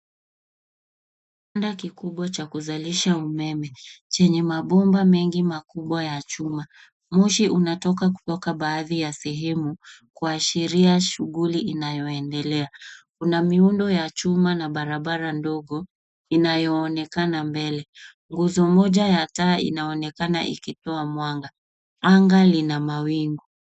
Kiwanda kikubwa cha kuzalisha umeme, chenye mabomba mengi makubwa ya chuma. Moshi unatoka kutoka baadhi ya sehemu, kuashiria shughuli inayoendelea. Kuna miundo ya chuma na barabara ndogo, inayo onekana mbele. Nguzo moja ya taa inaonekana ikitoa mwanga, Anga lina mawingu.